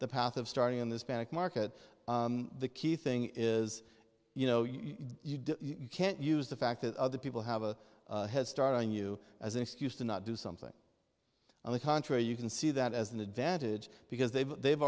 the path of starting in this panic market the key thing is you know you can't use the fact that other people have a head start on you as an excuse to not do something on the contrary you can see that as an advantage because they've they've